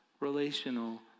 relational